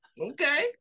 okay